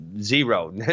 zero